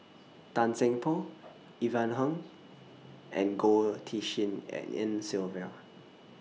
Tan Seng Poh Ivan Heng and Goh Tshin En Sylvia